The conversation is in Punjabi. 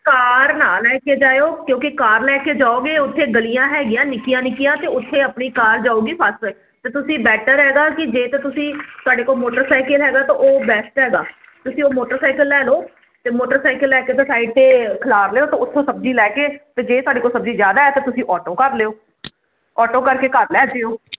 ਕਾਰ ਨਾਲ ਲੈਕੇ ਜਾਇਓ ਕਿਉਂਕਿ ਕਾਰ ਲੈ ਕੇ ਜਾਓਗੇ ਉਥੇ ਗਲੀਆਂ ਹੈਗੀਆਂ ਨਿੱਕੀਆਂ ਨਿੱਕੀਆਂ ਤੇ ਉੱਥੇ ਆਪਣੀ ਕਾਰ ਜਾਊਗੀ ਫਸ ਤੇ ਤੁਸੀਂ ਬੈਟਰ ਹੈਗਾ ਕੀ ਜੇ ਤਾਂ ਤੁਸੀਂ ਤੁਹਾਡੇ ਕੋਲ ਮੋਟਰਸਾਈਕਲ ਹੈਗਾ ਤਾਂ ਉਹ ਬੈਸਟ ਹੈਗਾ ਤੁਸੀਂ ਉਹ ਮੋਟਰਸਾਈਕਲ ਲੈ ਲਓ ਤੇ ਮੋਟਰਸਾਈਕਲ ਲੈ ਕੇ ਤੇ ਸਾਈਡ ਤੇ ਖਲਾਰ ਲਿਓ ਤੇ ਓਥੋਂ ਸਬਜੀ ਲੈ ਕੇ ਤੇ ਜੇ ਥਾਡੇ ਕੋਲ ਸਬਜੀ ਜਿਆਦਾ ਤੁਸੀਂ ਆਟੋ ਕਰ ਲਿਓ ਆਟੋ ਕਰਕੇ ਘਰ ਲੈ ਆਇਓ